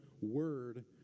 Word